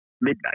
midnight